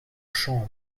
chambres